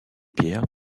pierres